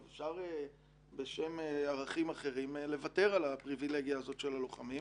אפשר בשם ערכים אחרים לוותר על הפריבילגיה הזאת של הלוחמים,